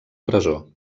presó